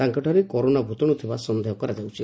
ତାଙ୍ଙଠାରେ corona ଭୂତାଶୁ ଥିବା ସନ୍ଦେହ କରାଯାଉଛି